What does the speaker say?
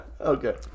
Okay